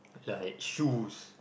like shoes